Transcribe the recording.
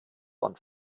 und